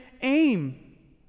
aim